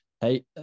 hey